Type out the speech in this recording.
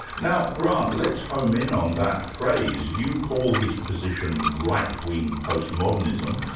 now, grant, let's home in on that phrase, you call his position right-wing postmodernism.